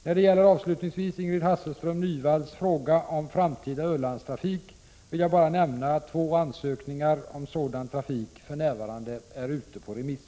När det avslutningsvis gäller Ingrid Hasselström Nyvalls fråga om framtida Ölandstrafik vill jag bara nämna att två ansökningar om sådan trafik för närvarande är ute på remiss.